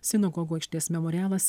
sinagogų aikštės memorialas